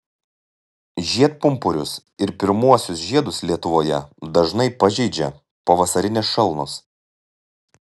žiedpumpurius ir pirmuosius žiedus lietuvoje dažnai pažeidžia pavasarinės šalnos